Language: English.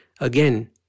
again